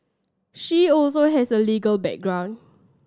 she also has a legal background